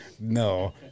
No